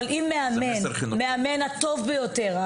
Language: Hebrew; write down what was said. אבל אם המאמן הטוב ביותר,